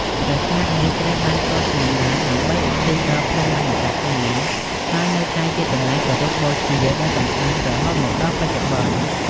ប្រាសាទនេះត្រូវបានកសាងឡើង ដើម្បីឧទ្ទិសដល់ព្រហ្មញ្ញសាសនា ហើយនៅតែជាកន្លែងគោរពបូជាដ៏សំខាន់រហូតមកដល់បច្ចុប្បន្ន។